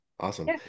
Awesome